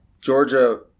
Georgia